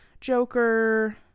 Joker